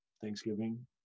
Thanksgiving